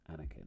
Anakin